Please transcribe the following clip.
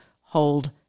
hold